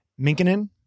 Minkinen